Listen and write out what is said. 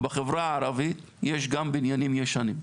ובחברה הערבית יש גם בניינים ישנים.